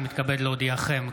אני מתכבד להודיעכם,